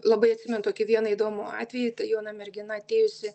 labai atsimenu tokį vieną įdomų atvejį jauna mergina atėjusi